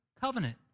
covenant